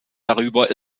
darüber